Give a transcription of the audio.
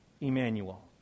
Emmanuel